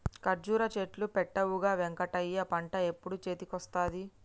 కర్జురా చెట్లు పెట్టవుగా వెంకటయ్య పంట ఎప్పుడు చేతికొస్తది